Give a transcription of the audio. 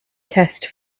test